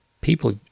people